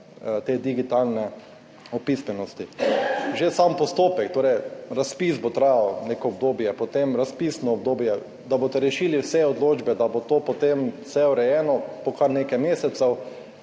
te digitalne pismenosti. Že sam postopek razpisa bo trajal neko obdobje, potem razpisno obdobje, da boste rešili vse odločbe, da bo to potem vse urejeno, bo kar nekaj mesecev,